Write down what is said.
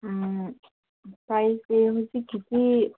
ꯄ꯭ꯔꯥꯏꯖꯁꯦ ꯍꯧꯖꯤꯛꯀꯤꯗꯤ